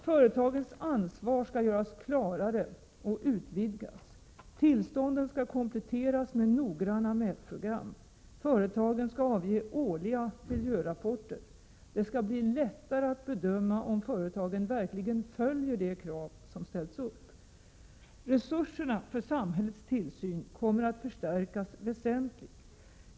Företagens ansvar skall göras klarare och utvidgas. Tillstånden skall kompletteras med noggranna mätprogram. Företagen skall avge årliga miljörapporter. Det skall bli lättare att bedöma om företagen verkligen följer de krav som ställts upp. Resurserna för samhällets tillsyn kommer att förstärkas väsentligt.